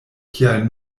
kial